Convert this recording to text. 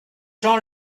jean